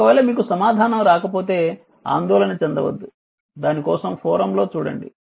ఒకవేళ మీకు సమాధానం రాకపోతే ఆందోళన చెందవద్దు దానికోసం ఫోరమ్ లో చూడండి